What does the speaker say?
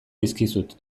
dizkizut